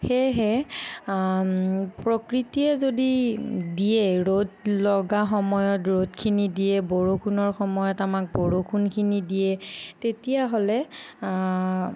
সেয়েহে প্ৰকৃতিয়ে যদি দিয়ে ৰ'দ লগা সময়ত ৰ'দখিনি দিয়ে বৰষুণৰ সময়ত আমাক বৰষুণখিনি দিয়ে তেতিয়া হ'লে